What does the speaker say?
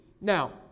Now